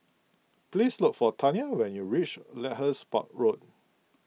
please look for Taina when you reach Lyndhurst Road